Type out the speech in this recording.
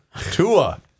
Tua